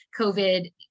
COVID